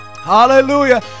Hallelujah